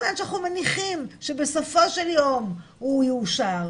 מכיוון שאנחנו מניחים שבסופו של יום הוא יאושר,